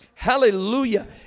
Hallelujah